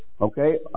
okay